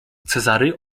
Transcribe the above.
cezary